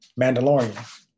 Mandalorian